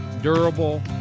durable